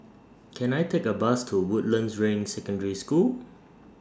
Can I Take A Bus to Woodlands Ring Secondary School